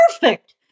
perfect